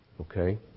Okay